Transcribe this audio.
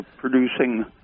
producing